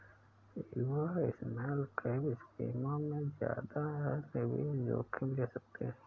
युवा स्मॉलकैप स्कीमों में ज्यादा निवेश जोखिम ले सकते हैं